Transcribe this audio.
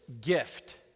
gift